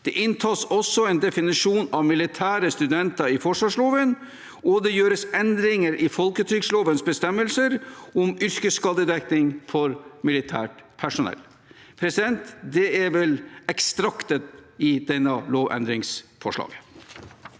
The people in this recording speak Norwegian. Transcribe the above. Det inntas også en definisjon av «militære studenter» i forsvarsloven, og det gjøres endringer i folketrygdlovens bestemmelser om yrkesskadedekning for militært personell. Det er vel ekstraktet av dette lovendringsforslaget.